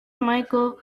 michael